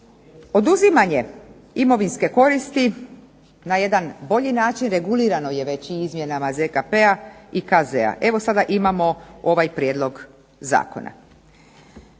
Oduzimanje imovinske koristi na jedan bolji način regulirano je već i izmjenama ZKP-a i KZ-a. Evo sada imamo ovaj prijedlog zakona.